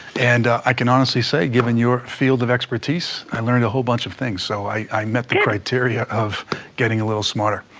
and i can honestly say, given your field of expertise, i learned a whole bunch of things, so i met the criteria of getting a little smarter.